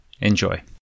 enjoy